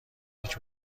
هیچ